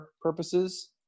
purposes